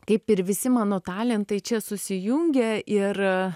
kaip ir visi mano talentai čia susijungia ir